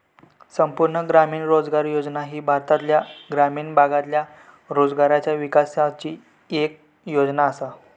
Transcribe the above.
संपूर्ण ग्रामीण रोजगार योजना ही भारतातल्या ग्रामीण भागातल्या रोजगाराच्या विकासाची येक योजना आसा